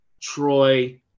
Troy